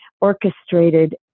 orchestrated